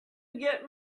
get